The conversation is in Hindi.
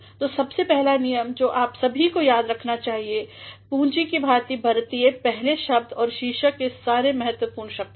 तो सबसे पहला नियम जो आप सभी को याद रखना चाहिए है पूंजीकी भाति बरतिए पहले शब्द और शीर्षक के सारे महत्वपूर्ण शब्दों की